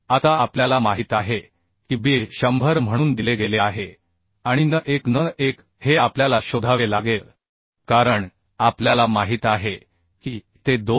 आता आपल्याला माहित आहे की b हे 100 म्हणून दिले गेले आहे आणि n1n1 हे आपल्याला शोधावे लागेल कारण आपल्याला माहित आहे की ते 2